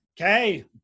Okay